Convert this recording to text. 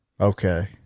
Okay